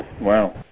Wow